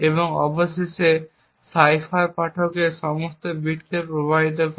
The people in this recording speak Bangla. এবং অবশেষে সাইফার পাঠ্যের সমস্ত বিটকে প্রভাবিত করে